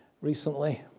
recently